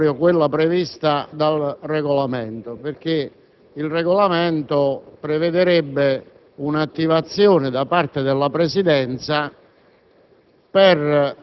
non è proprio quella prevista dal Regolamento: quest'ultimo prevederebbe un'attivazione da parte della Presidenza